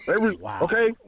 Okay